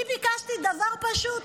אני ביקשתי דבר פשוט: